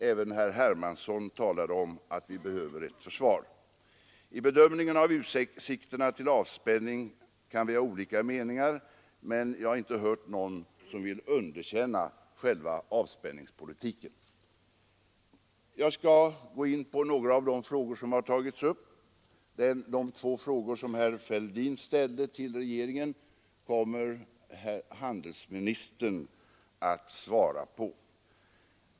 Även herr Hermansson talade om att vi behöver ett försvar. I bedömningen av utsikterna till avspänning kan vi ha olika meningar, men jag har inte hört någon som vill underkänna själva avspänningspolitiken. Jag skall gå in på några av de problem som tagits upp i debatten. De två frågor som herr Fälldin ställde till regeringen kommer handelsministern att svara på.